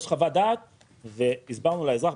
יש חוות דעת והסברנו לאזרח,